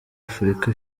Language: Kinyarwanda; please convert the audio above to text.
afurika